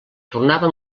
tornava